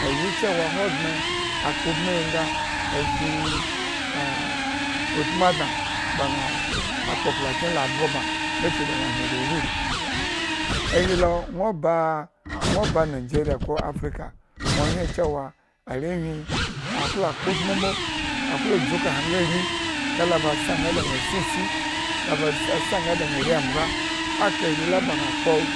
Ayi chewa ahogbren akpo ubmihi nga a shri ubmu adna ba na akpo akplakyen la abgo bma nga chuku dna kyan oriori. ahi lo nwo ba nwo ba nigeria ko africa nwo hyen chewa arewhi aklo kpo utmu mbo aklo dzu ekahe nga hyen rii nga lo ba sa da na sisi nga lo ada na ari embga aka are la ba na kpo